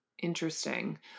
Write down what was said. Interesting